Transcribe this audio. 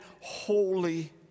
holy